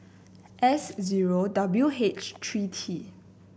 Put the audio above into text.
S zero W H three T